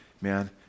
man